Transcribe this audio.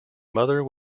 mother